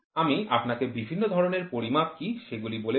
আমি আপনাকে বিভিন্ন ধরণের পরিমাপ কি সেগুলি বলেছি